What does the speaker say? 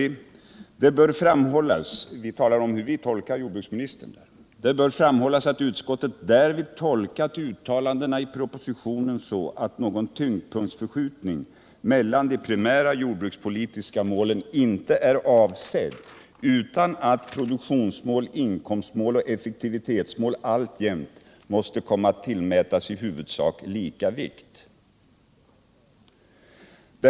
Vi talar där om hur vi tolkar jordbruksministern och Nr 54 skriver: ”Det bör framhållas att utskottet därvid tolkat uttalandena i Fredagen den propositionen så att någon tyngdpunktsförskjutning mellan de primära 16 december 1977 jordbrukspolitiska målen inte är avsedd, utan att produktionsmål, inkomstmål och effektivitetsmål alltjämt måste komma att tillmätas i hu — Jordbrukspolitivudsak lika vikt.” ken, m.m.